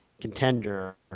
contender